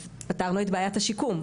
אז פתרנו את בעיית השיקום,